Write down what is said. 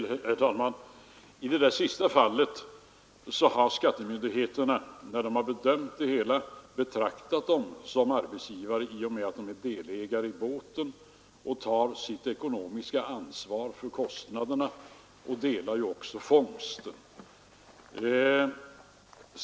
Herr talman! Ett par kommentarer. I det senast beskrivna fallet har skattemyndigheterna betraktat fiskarna som arbetsgivare i och med att dessa är delägare i båten och tar sitt ekonomiska ansvar för kostnaderna lika väl som de delar fångsten.